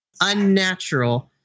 unnatural